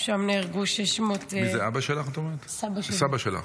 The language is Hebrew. שם נהרגו 600. סבא שלך.